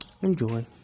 Enjoy